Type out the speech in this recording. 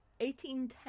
1810